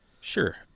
Sure